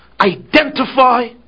identify